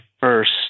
first